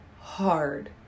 hard